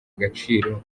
agaciro